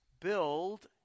build